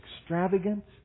extravagant